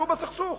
שהוא בסכסוך.